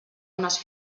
unes